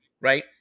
right